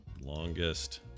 Longest